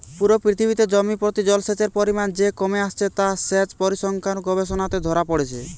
পুরো পৃথিবীতে জমি প্রতি জলসেচের পরিমাণ যে কমে আসছে তা সেচ পরিসংখ্যান গবেষণাতে ধোরা পড়ছে